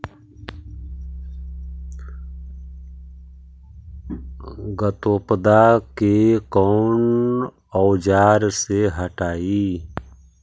गत्पोदा के कौन औजार से हटायी?